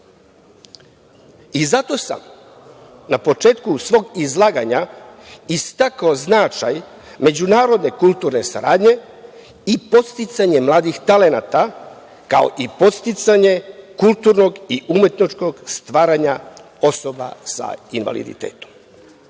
sam na početku svog izlaganja istakao značaj međunarodne kulturne saradnje i podsticanje mladih talenata kao i podsticanje kulturnog i umetničkog stvaranja osoba sa invaliditetom. Sa